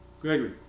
Gregory